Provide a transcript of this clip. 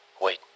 Wait